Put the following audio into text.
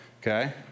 okay